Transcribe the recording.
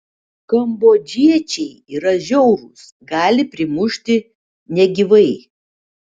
kambodžiečiai yra žiaurūs gali primušti negyvai